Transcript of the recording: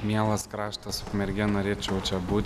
mielas kraštas ukmergė norėčiau čia būt